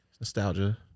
Nostalgia